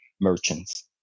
merchants